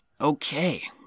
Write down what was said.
Okay